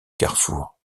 carrefour